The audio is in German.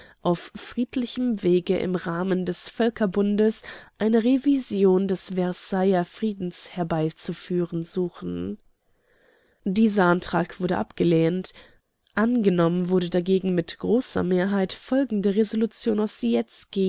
auf friedlichem wege im rahmen des völkerbundes eine revision des versailler friedens herbeizuführen suchen dieser antrag wurde abgelehnt angenommen wurde dagegen mit großer mehrheit folgende resolution